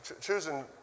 choosing